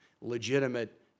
legitimate